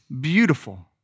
beautiful